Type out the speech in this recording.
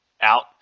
out